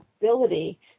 ability